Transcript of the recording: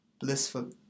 Blissful